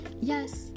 yes